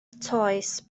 toes